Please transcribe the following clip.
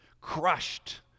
crushed